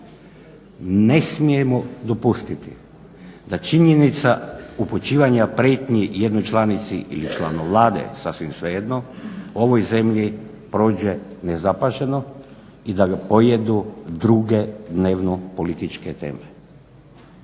Ne smijemo dopustiti da činjenica upućivanja prijetnji jednoj članici ili članu Vlade, sasvim svejedno, ovoj zemlji prođe nezapaženo i da ga pojedu druge dnevno političke teme.